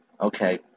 Okay